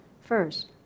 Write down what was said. First